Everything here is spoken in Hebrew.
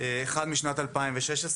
אחד משנת 2016,